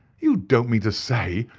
you don't mean to say,